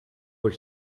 were